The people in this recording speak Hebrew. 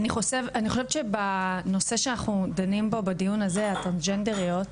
נושא הדיון היום, הטרנסג'נדריות,